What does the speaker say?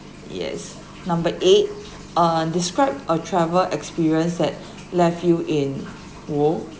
yes number eight uh describe a travel experience that left you in awe